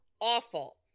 Awful